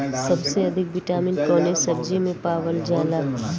सबसे अधिक विटामिन कवने सब्जी में पावल जाला?